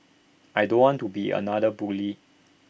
I don't want to be another bully